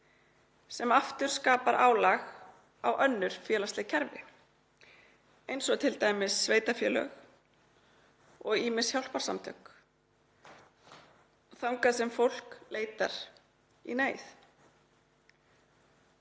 sem aftur skapar álag á önnur félagsleg kerfi eins og t.d. sveitarfélög og ýmis hjálparsamtök, þangað sem fólk leitar í neyð.“